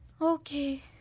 Okay